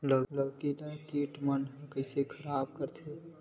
लौकी ला कीट मन कइसे खराब करथे?